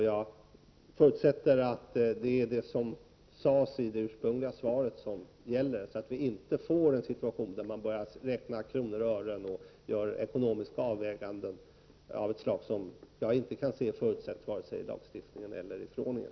Jag förutsätter att det är det som sägs i det ursprungliga svaret som gäller, så att det inte uppstår en situation där man bara räknar kronor och ören och gör ekonomiska avväganden av ett slag som jag inte kan se förutsätts vare sig i lagstiftningen eller i förordningen.